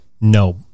No